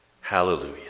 Hallelujah